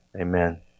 Amen